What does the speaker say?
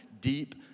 deep